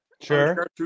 Sure